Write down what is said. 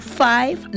five